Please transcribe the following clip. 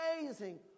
amazing